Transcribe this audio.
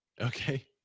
Okay